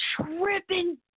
tripping